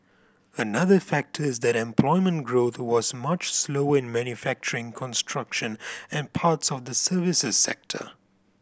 another factor is that employment growth was much slower in manufacturing construction and parts of the services sector